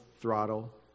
throttle